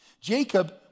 Jacob